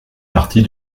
partie